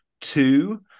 two